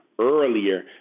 earlier